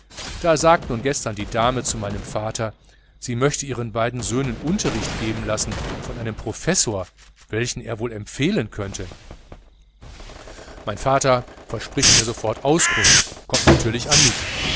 da sagt nun gestern die dame zu meinem vater sie möchte ihren beiden söhnen unterricht geben lassen von einem professor welchen er wohl empfehlen könnte mein vater verspricht ihr sofort auskunft kommt natürlich an mich